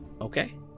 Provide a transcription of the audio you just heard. Okay